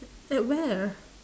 at where